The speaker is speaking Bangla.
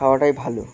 খাওয়াটাই ভালো